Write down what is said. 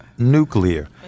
nuclear